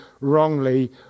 wrongly